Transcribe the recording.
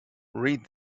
read